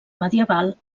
medieval